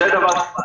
זה דבר אחד.